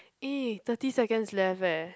eh thirty seconds left eh